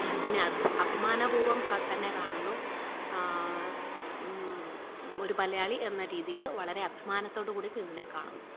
അതിനെ അഭിമാനപൂർവം തന്നെ കാണുന്നു ഒരു മലയാളി എന്ന രീതിയിൽ വളരെ അഭിമാനത്തോടുകൂടെ ഇതിനെ കാണുന്നു